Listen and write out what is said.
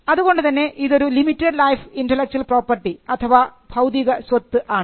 അതുകൊണ്ടുതന്നെ ഇതൊരു limited life intellectual property അഥവാ ബൌദ്ധിക സ്വത്ത് ആണ്